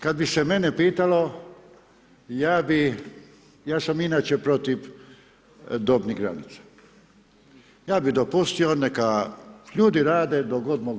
Kada bi se mene pitalo ja bih, ja sam inače protiv dobnih granica, ja bih dopustio neka ljudi rade dok god mogu